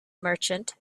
merchant